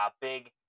big